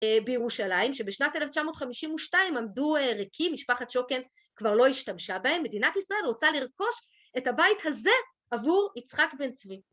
בירושלים שבשנת 1952 עמדו ריקים, משפחת שוקן כבר לא השתמשה בהם, מדינת ישראל רוצה לרכוש את הבית הזה עבור יצחק בן צבי.